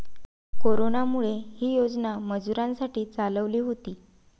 कोरोनामुळे, ही योजना मजुरांसाठी चालवली होती